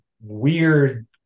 weird